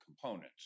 components